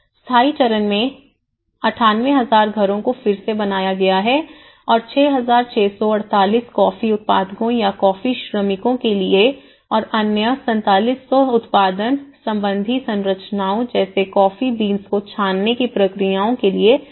स्थायी चरण में 9800 घरों को फिर से बनाया गया है और 6648 कॉफी उत्पादकों या कॉफी श्रमिकों के लिए और अन्य 4700 उत्पादन संबंधी संरचनाओं जैसे कॉफी बीन्स को छानने की प्रक्रियाओं के लिए बनाया गया है